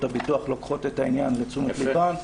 הביטוח לוקחות את העניין לתשומת לבן.